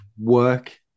work